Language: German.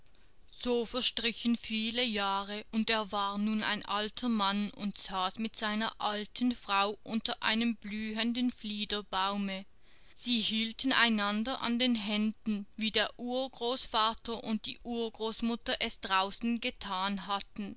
so verstrichen viele jahre und er war nun ein alter mann und saß mit seiner alten frau unter einem blühenden fliederbaume sie hielten einander an den händen wie der urgroßvater und die urgroßmutter es draußen gethan hatten